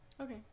Okay